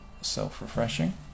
self-refreshing